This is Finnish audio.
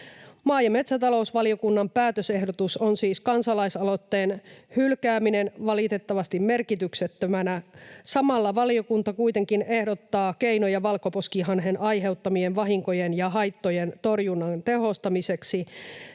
Maa- ja metsätalousvaliokunnan päätösehdotus on siis kansalaisaloitteen hylkääminen valitettavasti merkityksettömänä. Samalla valiokunta kuitenkin ehdottaa keinoja valkoposkihanhen aiheuttamien vahinkojen ja haittojen torjunnan tehostamiseksi